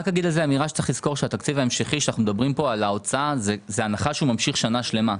מדברים עליה פה היא בהנחה שהתקציב ההמשכי ממשיך שנה שלמה.